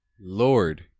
Lord